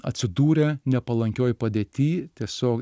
atsidūrė nepalankioj padėty tiesiog